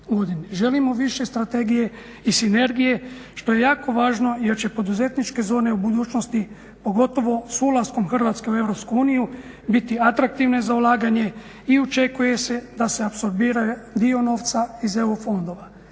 Želimo više strategije i sinergije što je jako važno jer će poduzetničke zone u budućnosti pogotovo sa ulaskom Hrvatske u Europsku uniju biti atraktivne za ulaganje i očekuje se da se apsorbira dio novca iz EU fondova.